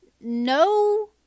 No